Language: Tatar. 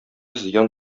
зыян